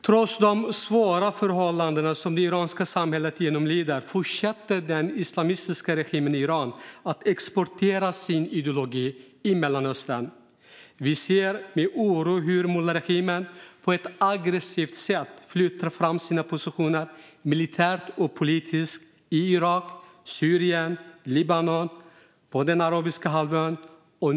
Trots de svåra förhållanden som det iranska samhället genomlider fortsätter den islamistiska regimen i Iran att exportera sin ideologi i Mellanöstern. Vi ser med oro hur mullaregimen på ett aggressivt sätt flyttar fram sina positioner militärt och politiskt i Irak, Syrien och Libanon och på Arabiska halvön.